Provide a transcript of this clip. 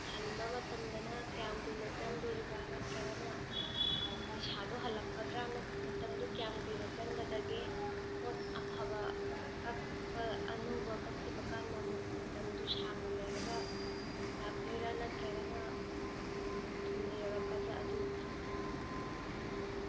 ꯍꯟꯕ ꯃꯇꯝꯗꯅ ꯀꯌꯥꯝ ꯀꯨꯏꯅ ꯆꯪꯗꯣꯔꯤꯕ ꯅꯠꯇ꯭ꯔꯒꯅ ꯄꯩꯁꯥꯗꯣ ꯍꯜꯂꯛꯀꯗ꯭ꯔꯥ ꯃꯇꯝꯗꯨ ꯀꯌꯥꯝ ꯀꯨꯏꯅ ꯆꯪꯒꯗꯒꯦ ꯄꯣꯠ ꯑꯐꯕ ꯀꯛꯄ ꯑꯅꯧꯕ ꯀꯛꯈꯤꯕ ꯀꯥꯟꯗ ꯑꯃꯨꯛ ꯃꯇꯝꯗꯨ ꯁꯥꯡꯅ ꯂꯩꯔꯒ ꯂꯥꯛꯇꯣꯏꯔ ꯅꯠꯇ꯭ꯔꯒꯅ ꯊꯨꯅ ꯌꯧꯔꯛꯀꯗ꯭ꯔꯥ ꯑꯗꯨ ꯈꯪꯅꯤꯡꯕ